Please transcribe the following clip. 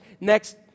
next